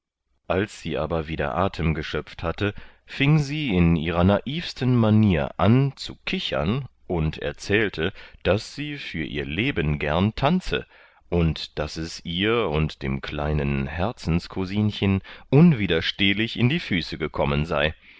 als sie aber wieder atem geschöpft hatte fing sie in ihrer naivsten manier an zu kichern und erzählte daß sie für ihr leben gern tanze und daß es ihr und dem kleinen herzenscousinchen unwiderstehlich in die füße gekommen sei